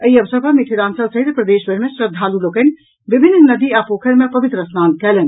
एहि अवसर पर मिथिलांचल सहित प्रदेशभरि मे श्रद्धालु लोकनि विभिन्न नदी आ पोखरि मे पवित्र स्नान कयलनि